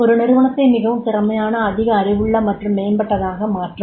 ஒரு நிறுவனத்தை மிகவும் திறமையான அதிக அறிவுள்ள மற்றும் மேம்பட்டதாக மாற்றும்